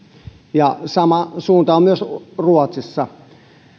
ja sama suunta on myös ruotsissa